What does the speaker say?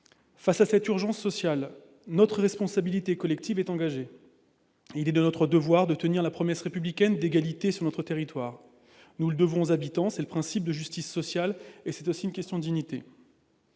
Face à cette urgence sociale, notre responsabilité collective est engagée. Il est de notre devoir de tenir la promesse républicaine d'égalité sur notre territoire. Nous le devons aux habitants. C'est un principe de justice sociale ; c'est aussi une question de dignité.